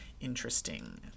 Interesting